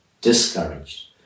discouraged